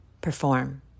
perform